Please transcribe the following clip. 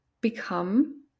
become